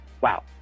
wow